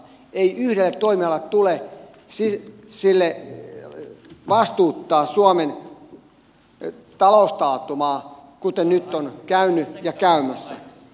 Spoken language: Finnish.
ei yhdelle toimialalle tule vastuuttaa suomen taloustaantumaa kuten nyt on käynyt ja käymässä